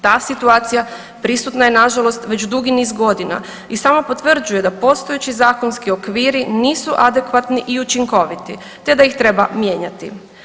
Ta situacija prisutna je nažalost već dugi niz godina i samo potvrđuje da postojeći zakonski okviri nisu adekvatni i učinkoviti te da ih treba mijenjati.